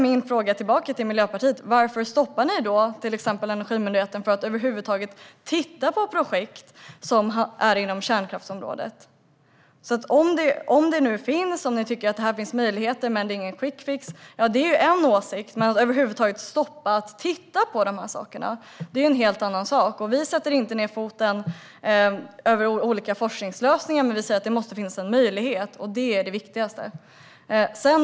Min fråga till Miljöpartiet är: Varför stoppar ni till exempel Energimyndigheten från att över huvud taget titta på projekt inom kärnkraftsområdet? Om ni tycker att det finns möjligheter här, även om det inte är någon quick fix, kan det vara en åsikt, men att stoppa att man över huvud taget tittar på det är en helt annan sak. Vi sätter inte ned foten när det gäller olika forskningslösningar. Men vi säger att det måste finnas möjlighet. Det är det viktigaste.